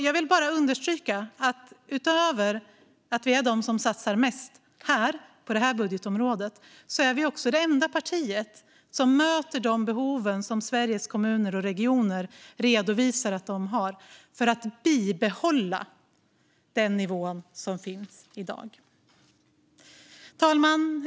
Jag vill understryka att vi utöver att vi är det parti som satsar mest på detta budgetområde också är det enda parti som möter de behov som Sveriges Kommuner och Regioner redovisar att de har för att bibehålla dagens nivå. Fru talman!